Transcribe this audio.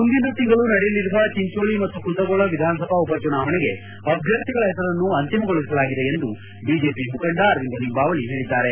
ಮುಂದಿನ ತಿಂಗಳು ನಡೆಯಲಿರುವ ಚಿಂಜೋಳಿ ಮತ್ತು ಕುಂದಗೋಳ ವಿಧಾನಸಭಾ ಉಪಚುನಾವಣೆಗೆ ಅಭ್ಯರ್ಥಿಗಳ ಪೆಸರನ್ನು ಅಂತಿಮಗೊಳಿಸಲಾಗಿದೆ ಎಂದು ಬಿಜೆಪಿ ಮುಖಂಡ ಅರವಿಂದ ಲಿಂಬಾವಳಿ ಹೇಳಿದ್ದಾರೆ